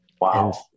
Wow